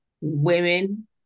Women